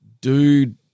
Dude